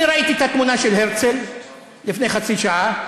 ראיתי את התמונה של הרצל לפני חצי שעה,